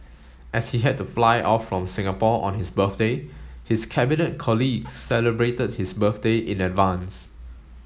as he had to fly off from Singapore on his birthday his Cabinet colleagues celebrated his birthday in advance